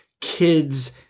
kids